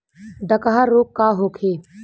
डकहा रोग का होखे?